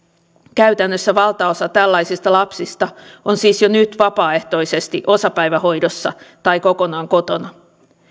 käytännössä valtaosa tällaisista lapsista on siis jo nyt vapaaehtoisesti osapäivähoidossa tai kokonaan kotona